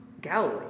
Galilee